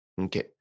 Okay